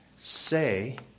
Say